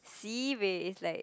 sibeh is like